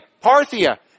Parthia